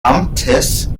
amtes